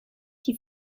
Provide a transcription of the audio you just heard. die